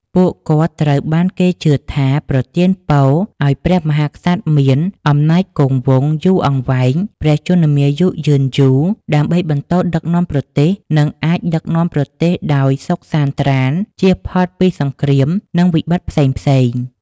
ពួកគាត់ត្រូវបានគេជឿថាប្រទានពរឲ្យព្រះមហាក្សត្រមាន អំណាចគង់វង្ស យូរអង្វែង ព្រះជន្មាយុយឺនយូរ ដើម្បីបន្តដឹកនាំប្រទេស និងអាច ដឹកនាំប្រទេសដោយសុខសាន្តត្រាន្ត ចៀសផុតពីសង្គ្រាម និងវិបត្តិផ្សេងៗ។